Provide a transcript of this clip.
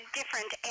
different